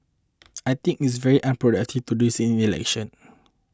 I think it is very unproductive to do this in the election